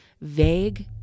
vague